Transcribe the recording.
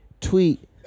tweet